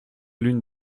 l’une